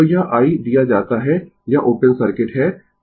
तो यह i दिया जाता है यह ओपन सर्किट है